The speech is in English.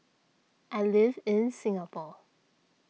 I live in Singapore